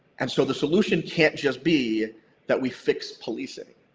and so the solution can't just be that we fix policing.